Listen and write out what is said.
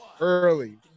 Early